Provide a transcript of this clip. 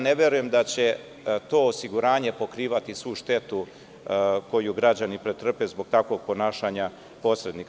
Ne verujem da će to osiguranje pokrivati svu štetu koju građani pretrpe zbog takvog ponašanja posrednika.